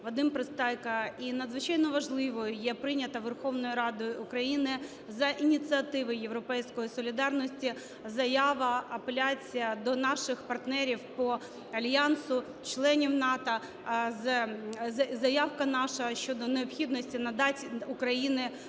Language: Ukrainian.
Вадим Пристайко. І надзвичайно важливою є прийнята Верховною Радою України за ініціативи "Європейської солідарності" Заява, апеляція до наших партнерів по Альянсу, членів НАТО, заявка наша щодо необхідності надати Україні